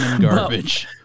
Garbage